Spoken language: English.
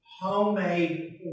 Homemade